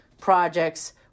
projects